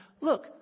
look